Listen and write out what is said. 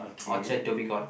Orchard Dhoby-Ghaut